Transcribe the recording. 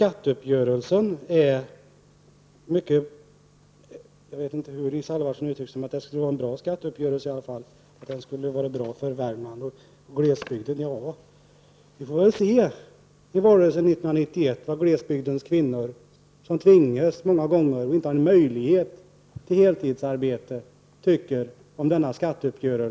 Herr talman! Isa Halvarsson sade att skatteuppgörelsen skulle vara bra för Värmland och glesbygden. Ja, vi får väl i valrörelsen 1991 se vad glesbygdens kvinnor, som många gånger inte har en möjlighet till heltidsarbete, tycker om dess effekter.